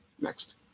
Next